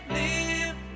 live